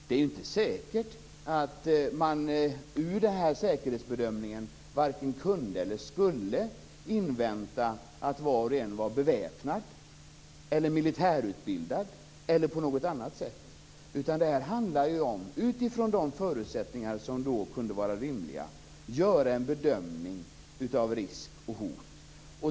Det är inte säkert att man med hjälp av den säkerhetsbedömningen vare sig kunde eller skulle invänta att var och en var beväpnad eller militärutbildad. Det handlar om, utifrån de förutsättningar som då kunde vara rimliga, att göra en bedömning av risk och hot.